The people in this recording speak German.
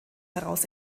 heraus